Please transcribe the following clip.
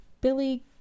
Billy